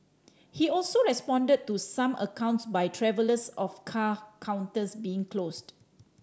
he also responded to some accounts by travellers of car counters being closed